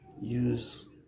use